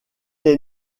est